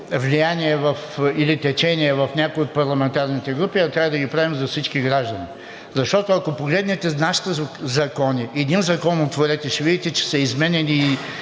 влияние или течение в някои от парламентарните групи, а трябва да ги правим за всички граждани. Ако погледнете нашите закони, един законов ред, ще видите, че са изменяни